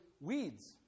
weeds